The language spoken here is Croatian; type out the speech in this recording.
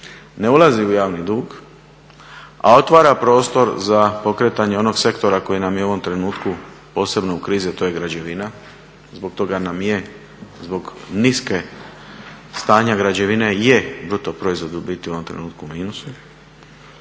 ne ulazi u javni dug, a otvara prostor za pokretanje onog sektora koji nam je u ovom trenutku posebno u krizi, a to je građevina, zbog toga nam i je, zbog niskog stanja građevina je brutoproizvod u biti u ovom trenutku u minusu.